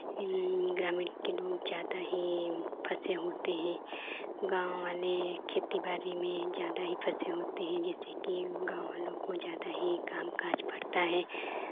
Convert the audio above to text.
ग्रामीण के लोग ज़्यादा ही फँसे होते हैं गाँव वाले खेती बाड़ी में ज़्यादा ही फँसे होते हैं जैसे कि गाँव वालों को ज़्यादा ही काम काज पड़ता है